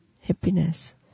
happiness